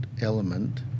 element